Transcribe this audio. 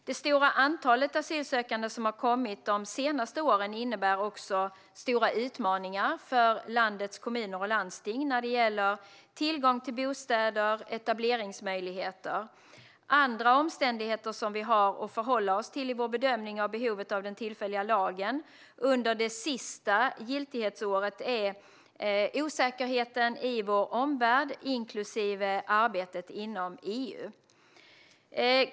Det stora antalet asylsökande som har kommit de senaste åren innebär också stora utmaningar för landets kommuner och landsting när det gäller tillgång till bostäder och etableringsmöjligheter. Andra omständigheter som vi har att förhålla oss till i vår bedömning av behovet av den tillfälliga lagen under det sista giltighetsåret är osäkerheten i vår omvärld, inklusive arbetet inom EU.